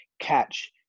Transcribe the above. catch